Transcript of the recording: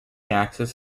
access